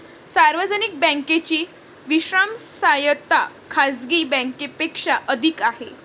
सार्वजनिक बँकेची विश्वासार्हता खाजगी बँकांपेक्षा अधिक आहे